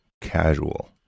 casual